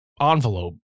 envelope